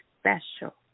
special